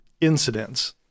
incidents